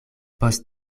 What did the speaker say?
post